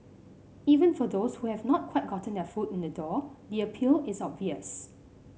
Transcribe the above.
even for those who have not quite gotten their foot in the door the appeal is obvious